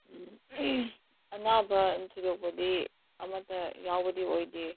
ꯎꯝ ꯑꯅꯥꯕ ꯊꯣꯏꯗꯣꯛꯄꯗꯤ ꯑꯃꯇ ꯌꯥꯎꯕꯗꯤ ꯑꯣꯏꯗꯦ